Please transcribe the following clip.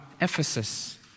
Ephesus